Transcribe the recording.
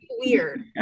weird